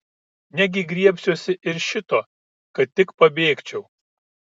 negi griebsiuosi ir šito kad tik pabėgčiau